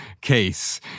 case